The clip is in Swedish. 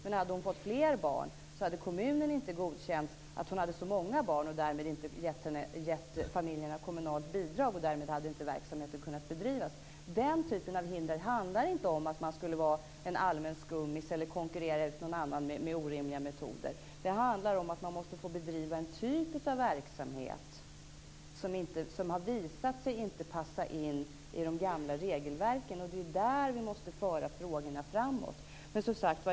Men om hon hade fått fler barn hade kommunen inte godkänt att hon hade så många barn och därmed inte gett familjerna kommunalt bidrag. Därmed hade verksamheten inte kunnat bedrivas. Den typen av hinder handlar inte om att man skulle vara en allmän skummis eller vara en person som konkurrerar ut någon annan med orimliga metoder. Det handlar om att man måste få bedriva en typ av verksamhet som har visat sig inte passa in i de gamla regelverken. Det är i detta sammanhang som vi måste föra frågorna framåt.